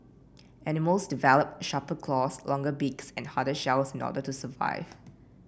animals develop sharper claws longer beaks and harder shells in order to survive